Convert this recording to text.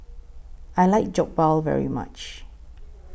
I like Jokbal very much